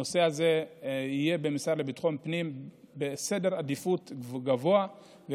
הנושא הזה יהיה בעדיפות גבוהה במשרד לביטחון הפנים,